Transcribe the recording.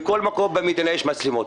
כמו שבכל מקום במדינה יש מצלמות,